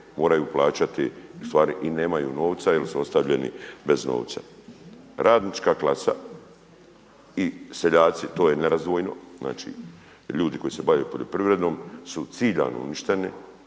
moraju plaćati ustvari i nemaju novca jel su ostavljeni bez novca. Radnička klasa i seljaci to je nerazdvojno, znači ljudi koji se bave poljoprivredom su ciljano uništeni